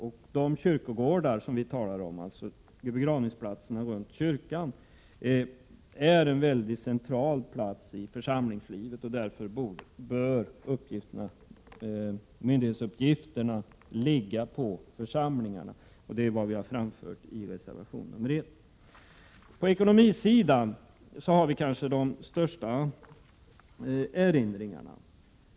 De kyrkogårdar som vi talar om, alltså begravningsplatserna runt kyrkan, utgör en väldigt central plats i församlingslivet och därför bör myndighetsuppgifterna ligga på församlingarna. Det är vad vi har framfört i reservation nr 1. På ekonomisidan har vi kanske de största erinringarna.